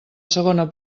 segona